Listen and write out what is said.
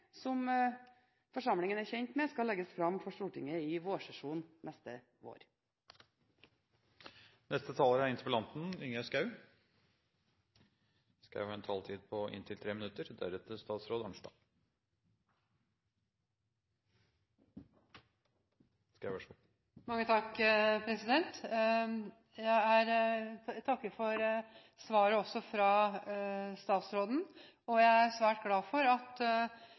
som forsamlingen er kjent med skal legges fram for Stortinget i vårsesjonen neste år. Jeg takker for svaret fra statsråden. Jeg er svært glad for at